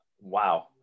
Wow